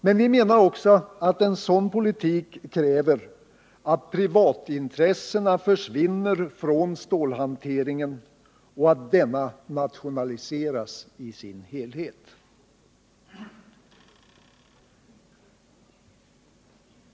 Men vi menar också att en sådan politik kräver att privatintressena försvinner från stålhanteringen och att denna nationaliseras i sin helhet.